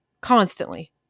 constantly